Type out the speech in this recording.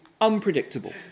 unpredictable